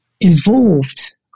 involved